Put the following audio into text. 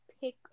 pick